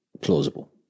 plausible